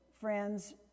friends